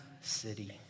city